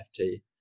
nft